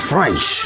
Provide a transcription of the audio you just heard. French